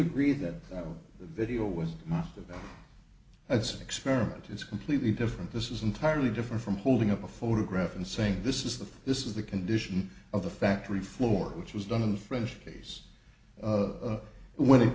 agree that the video was about as an experiment it's completely different this is entirely different from holding up a photograph and saying this is the this is the condition of the factory floor which was done in the french case of when it